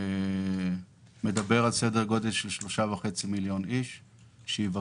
הוא 3.5 מיליון איש שיבקרו.